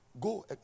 go